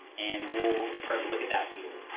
and we'll start to look at that view.